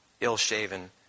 ill-shaven